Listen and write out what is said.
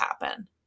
happen